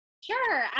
Sure